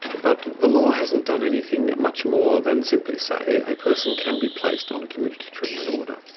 but the law hasn't done anything much more than simply say a person can be placed on a community treatment order.